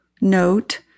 note